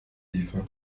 liefern